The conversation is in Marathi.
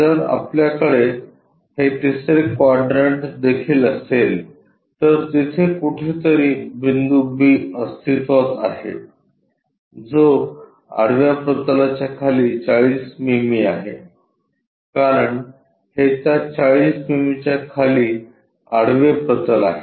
जर आपल्याकडे हे तिसरे क्वाड्रंट देखील असेल तर तिथे कुठेतरी बिंदू B अस्तित्त्वात आहे जो आडव्या प्रतलाच्या खाली 40 मिमी आहे कारण हे त्या 40 मिमी च्या खाली आडवे प्रतल आहे